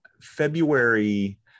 February